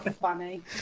funny